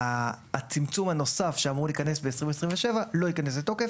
הצמצום הנוסף שאמור להיכנס ב-2027 לא ייכנס לתוקף,